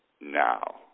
now